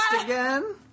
again